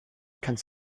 kannst